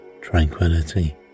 tranquility